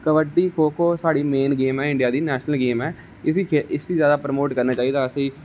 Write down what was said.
कबड्डी खो खो साढ़ी main game ऐ इडियां दी नेशनल गैम ऐ इसी ज्यादा प्रमोट करना चाहिदा असेंगी